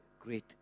great